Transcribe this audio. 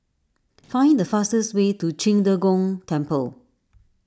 find the fastest way to Qing De Gong Temple